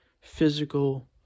physical